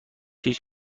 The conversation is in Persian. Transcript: هیچ